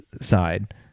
side